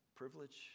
privilege